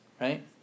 Right